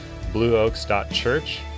blueoaks.church